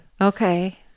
Okay